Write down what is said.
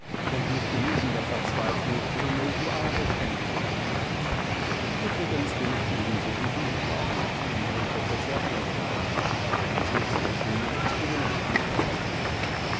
und genügender verzweiflung tumultuarisch enden übrigens bin ich ebenso wie du auf morgen zu unserm professor eingeladen der uns mit sehr schönen experimenten unterhalten wird